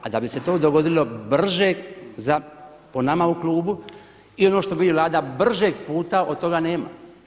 A da bi se to dogodilo brže za po nama u klubu ili ono što bi Vlada, bržeg puta od toga nema.